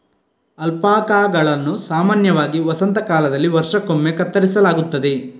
ಅಲ್ಪಾಕಾಗಳನ್ನು ಸಾಮಾನ್ಯವಾಗಿ ವಸಂತ ಕಾಲದಲ್ಲಿ ವರ್ಷಕ್ಕೊಮ್ಮೆ ಕತ್ತರಿಸಲಾಗುತ್ತದೆ